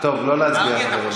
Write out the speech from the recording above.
טוב, לא להצביע, חברים.